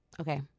Okay